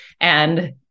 And-